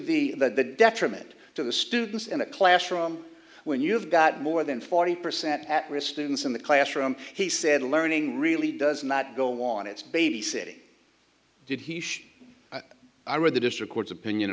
to the detriment to the students in a classroom when you've got more than forty percent at risk students in the classroom he said learning really does not go on it's babysitting did he i read the district court's opinion